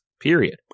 Period